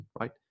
right